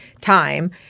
time